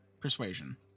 persuasion